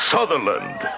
Sutherland